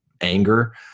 anger